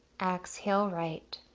exhale right.